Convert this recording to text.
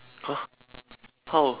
!huh! how